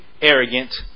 arrogant